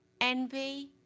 envy